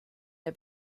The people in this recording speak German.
der